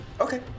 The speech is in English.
Okay